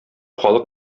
халык